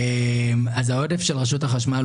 העודף של רשות החשמל,